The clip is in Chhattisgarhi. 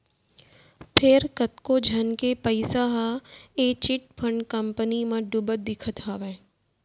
फेर कतको झन के पइसा ह ए चिटफंड कंपनी म डुबत दिखत हावय